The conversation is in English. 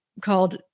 called